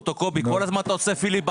קובי, כל הזמן אתה עושה פיליבסטר.